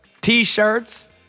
t-shirts